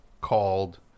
called